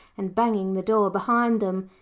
and banging the door behind them.